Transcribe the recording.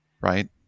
right